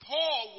Paul